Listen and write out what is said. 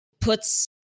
puts